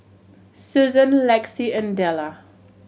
Susan Lexie and Delle